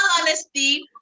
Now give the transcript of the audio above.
honesty